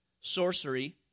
sorcery